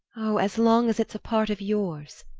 oh as long as it's a part of yours.